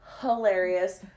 Hilarious